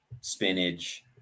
spinach